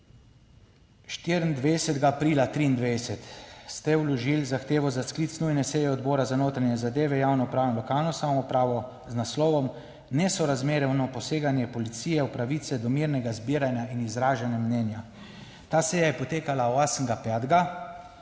24. aprila 2023 ste vložili zahtevo za sklic nujne seje Odbora za notranje zadeve, javno upravo in lokalno samoupravo z naslovom Nesorazmerno poseganje policije v pravice do mirnega zbiranja in izražanja mnenja. Ta seja je potekala, 8.